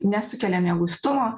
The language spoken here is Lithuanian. nesukelia mieguistumo